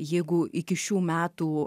jeigu iki šių metų